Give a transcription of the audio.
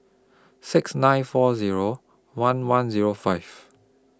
six nine four Zero one one Zero five